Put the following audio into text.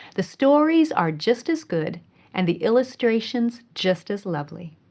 the stories are just as good and the illustrations just as lovely.